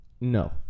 No